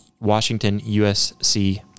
Washington-USC